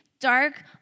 dark